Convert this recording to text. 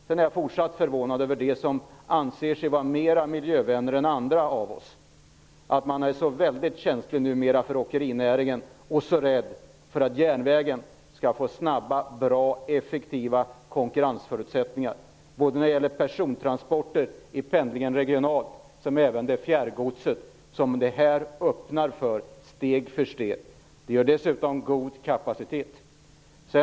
Jag är fortsatt förvånad över att de som anser sig vara mera miljövänner än andra numera är så väldigt känsliga för åkerinäringen och så rädda för att järnvägen skall få snabba, bra och effektiva konkurrensförutsättningar när det gäller både persontransporter regionalt och fjärrgodset, som ju det här öppnar för steg för steg. Det ger dessutom god kapacitet.